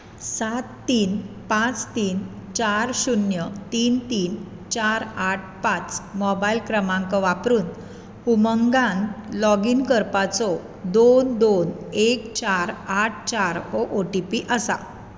सात तीन पांच तीन चार शून्य तीन तीन चार आठ पांच मोबायल क्रमांक वापरून उमंगांत लॉगीन करपाचो दोन दोन एक चार आठ चार हो ओ टी पी आसा